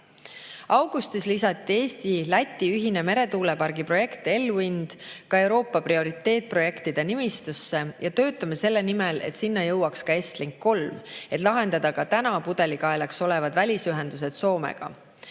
Augustis lisati Eesti-Läti ühine meretuulepargiprojekt ELWIND ka Euroopa prioriteetprojektide nimistusse ning töötame selle nimel, et sinna jõuaks ka Estlink 3, et lahendada täna pudelikaelaks olevad välisühendused Soomega.